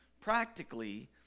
practically